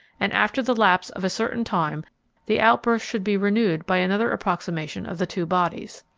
and after the lapse of a certain time the outburst should be renewed by another approximation of the two bodies.